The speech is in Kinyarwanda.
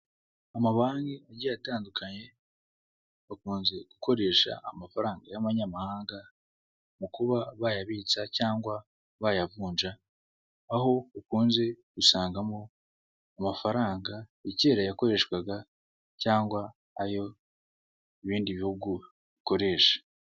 Amabanki agiye atandukanye bakunze gukoresha amafaranga y'abanyamahanga, mu kuba bayabitsa cyangwa bayavunja, aho ukunze usangamo amafaranga ya kera yakoreshwaga cyangwa ayo ibindi bihugu bikoresha.